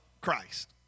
Christ